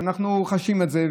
שאנחנו חשים את זה,